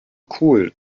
cool